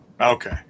Okay